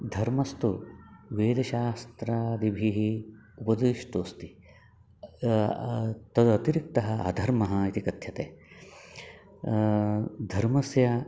धर्मस्तु वेदशास्त्रादिभिः उपदेष्टुम् अस्ति तदतिरिक्तः अधर्मः इति कथ्यते धर्मस्य